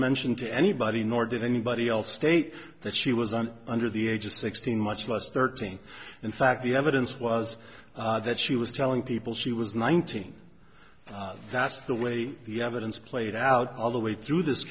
mentioned to anybody nor did anybody else state that she was an under the age of sixteen much less thirteen in fact the evidence was that she was telling people she was nineteen that's the way the evidence played out all the way through this